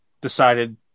decided